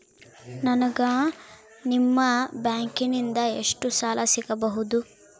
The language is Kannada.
ನನಗ ನಿಮ್ಮ ಬ್ಯಾಂಕಿನಿಂದ ಎಷ್ಟು ಸಾಲ ಸಿಗಬಹುದು?